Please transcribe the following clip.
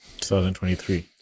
2023